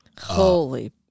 Holy